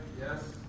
Yes